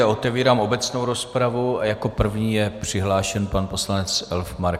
Otevírám obecnou rozpravu a jako první je přihlášen poslanec Elfmark.